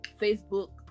facebook